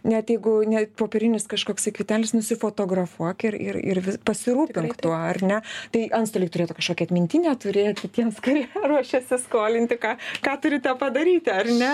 net jeigu ne popierinis kažkoksai kvitelis nusifotografuok ir ir ir pasirūpink tuo ar ne tai antstoliai turėtų kažkokią atmintinę turėti tiems kurie ruošiasi skolinti ką ką turite padaryti ar ne